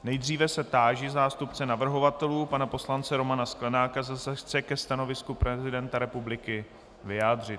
Nejdříve se táži zástupce navrhovatelů pana poslance Romana Sklenáka, zda se chce ke stanovisku prezidenta republiky vyjádřit.